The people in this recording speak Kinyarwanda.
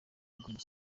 guhindura